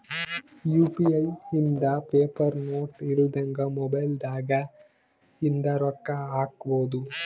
UPI ಇಂದ paper note ಇಲ್ದಂಗ mobile ದಾಗ ಇಂದ ರೊಕ್ಕ ಹಕ್ಬೊದು